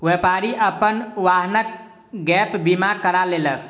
व्यापारी अपन वाहनक गैप बीमा करा लेलक